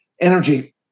energy